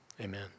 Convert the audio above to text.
Amen